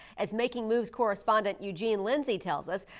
as making moves correspondent eugene lindsey tells us,